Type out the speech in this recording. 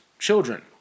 Children